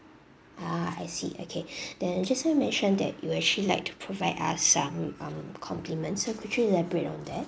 ah I see okay then just now you mentioned that you actually like to provide us some um compliment so could you elaborate on that